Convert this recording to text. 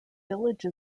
village